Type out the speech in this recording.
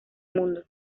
mundo